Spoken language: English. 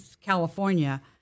California